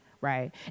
Right